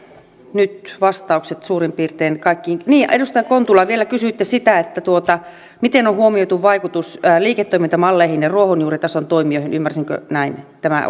nyt vastaukset suurin piirtein kaikkiin niin edustaja kontula vielä kysyitte sitä miten on huomioitu vaikutus liiketoimintamalleihin ja ruohonjuuritason toimijoihin ymmärsin näin että tämä